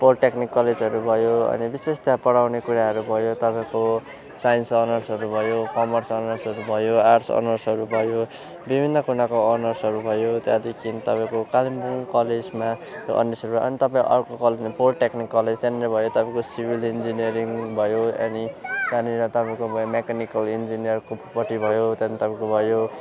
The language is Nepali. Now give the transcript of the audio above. पोलिटेक्निक कलेजहरू भयो अनि विशेष त्यहाँ पढाउने कुराहरू भयो तपाईँको साइन्स अनर्सहरू भयो कमर्स अनर्सहरू भयो आर्ट्स अनर्सहरू भयो विभिन्न कुराको अनर्सहरू भयो त्यहाँदेखि तपाईँको कालिम्पोङ कलेजमा अनर्सहरू अनि तपाईँ अर्को कलेज पोलिटेक्निक कलेज त्यहाँनिर भयो तपाईँको सिभिल इन्जिनियरिङ भयो अनि त्यहाँनिर तपाईँको भयो मेकानिकल इन्जिनियर अर्कोपट्टि भयो त्यहाँदेखि तपाईँको भयो